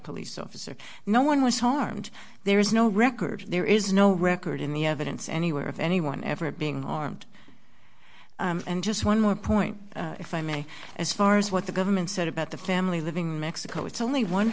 police officer no one was harmed there is no record there is no record in the evidence anywhere of anyone ever being armed and just one more point if i may as far as what the government said about the family living in mexico it's only one